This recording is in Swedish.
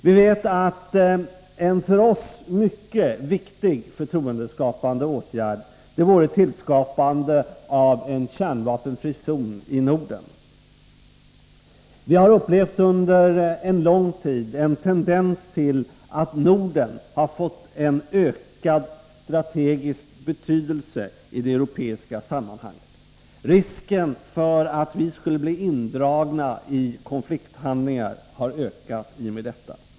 Vi vet att en för oss mycket viktig förtroendeskapande åtgärd vore tillskapandet av en kärnvapenfri zon i Norden. Vi har under en lång tid upplevt en tendens till att Norden har fått en ökad strategisk betydelse i de europeiska sammanhangen. Risken för att vi skulle bli indragna i konflikthandlingar har ökat i och med detta.